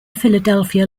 philadelphia